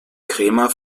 krämer